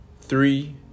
three